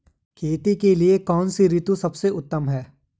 खेती के लिए कौन सी ऋतु सबसे उत्तम है?